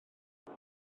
beth